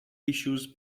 issues